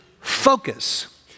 focus